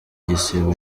igisibo